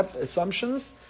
assumptions